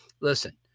listen